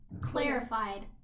clarified